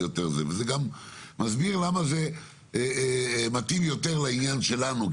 וזה גם מסביר יותר למה זה מתאים יותר לעניין שלנו,